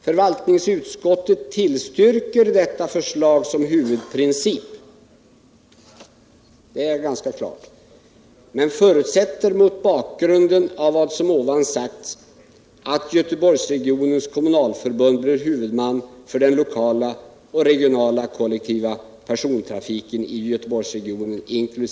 ”Förvaltningsutskottet tillstyrker detta förslag som huvudprincip” — det är ganska klart — ”men förutsätter mot bakgrund av vad som ovan sagts att Göteborgsregionens kommunalförbund blir huvudman för den lokala och regionala kollektiva persontrafiken i Göteborgsregionen inkl.